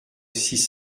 six